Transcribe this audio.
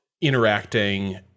interacting